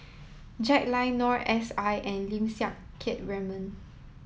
Jack Lai Noor S I and Lim Siang Keat Raymond